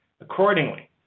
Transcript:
accordingly